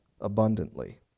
abundantly